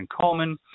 Coleman